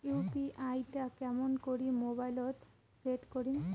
UPI টা কেমন করি মোবাইলত সেট করিম?